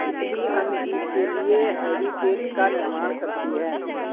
तितली अन्य जीव के लिए हैबिटेट का निर्माण करती है